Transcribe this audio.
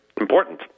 important